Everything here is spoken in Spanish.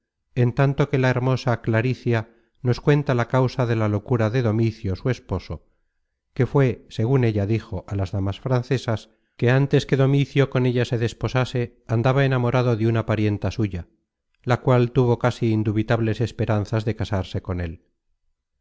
en tanto que la hermosa claricia nos cuenta la causa de la locura de domicio su esposo que fué segun ella dijo á las damas francesas que antes que domicio con ella se desposase andaba enamorado de una parienta suya la cual tuvo casi indubitables esperanzas de casarse con él